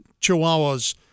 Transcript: chihuahuas